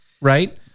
right